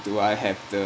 do I have the